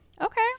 Okay